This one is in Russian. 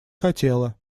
хотело